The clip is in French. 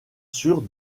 sure